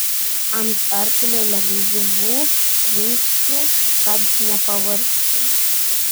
ant arklio lengvu žingsniu kad nepavargčiau